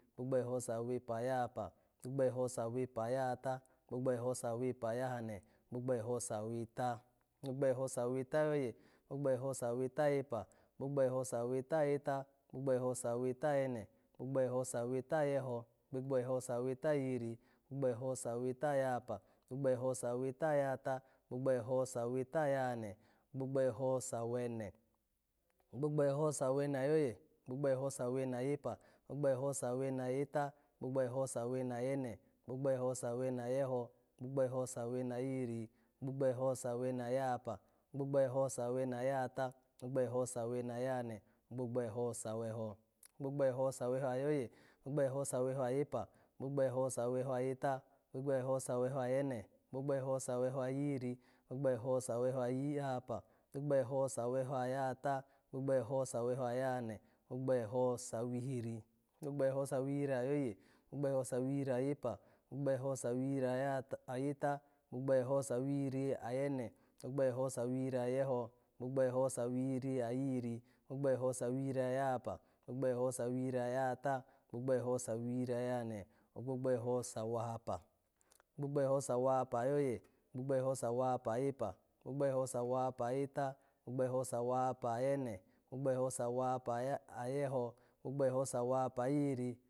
Gbogbo eho sawepa ayahapa, gbogbo eho sawepa ayahata, gbogbo eho sawepa ayahane, gbo eho saweta, gbogbo eho saweta ayoye, gbogbo eho saweta ayepa, gbogbo eho saweta ayeta, gbogbo eho saweta ayene, gbogbo eho saweta yeho, gbogbo eho saweta yihiri, gbogbo eho saweta ayahapa. gbogbo ho saweta ayahata. gbogbo eho saweta ayahane. gbogbo eho sawene, gbogbo eho sawere ayoye, gbogbo eho sawene ayepa, gbogbo eho sawene ayene, gbogbo eho sawene ayeho, gbogbo eho sawene ayihiri, gbogbo eho sawene ayahapa, gbogbo eho sawene ayahata, gbogbo eho sawene ayahane, gbogbo eho saweho, gbogbo eho saweho ayoye, gbogbo eho saweho ayepa, gbogbo eho saweho ayeta, gbogbo eho saweho ayene, gbogbo eho saweho ayihiri, gbogbo eho saweho ayi-ahapa. gbogbo eho saweho ayahata. gbogbo eho saweho ayahane, gbogbo eho sawihiri. gbogbo eho sawihiri ayoye. gbogbo ho sawihiri agepa, gbogbo eho sawihiri ayahat ayeta, gbogbo eho sawihiri ayene, gbogbo eho sawihiri ayeho, gbogbo eho sawihiri ayihiri, gbogbo eho sawihiri ayahapa. gbogbo o sawihiri ayahata, gbogbo o sawihiri ayahane, ogbogbo eho sawahapa, gbogbo eho sawahapa ayoye, gbogbo eho sawahapa ayepa, gbogbo eho sawahapa ayeta, gbogbo eho sawahapa ayene, gbogbo eho sawahapa ayeho, gbogbo eho sawahapa aya-ayihiri